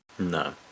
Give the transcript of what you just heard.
No